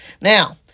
Now